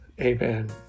Amen